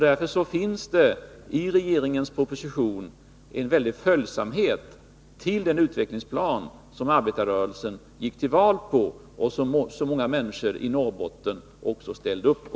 Därför finns det i regeringens proposition en väldig följsamhet till den utvecklingsplan som arbetarrörelsen gick till val på och som många människor i Norrbotten också ställde upp på.